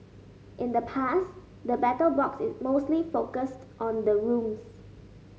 in the past the Battle Box is mostly focused on the rooms